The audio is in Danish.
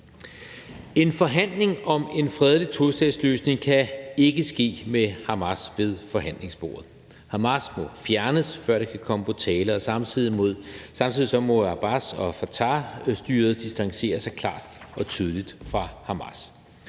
En forhandling om en fredelig tostatsløsning kan ikke ske med Hamas ved forhandlingsbordet. Hamas må fjernes, før det kan komme på tale, og samtidig må Abbas og Fatahstyret distancere sig klart og tydeligt fra Hamas.